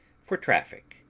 for traffic.